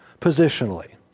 positionally